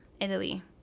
Italy